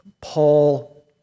Paul